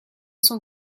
son